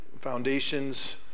foundations